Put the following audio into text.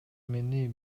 мени